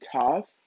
tough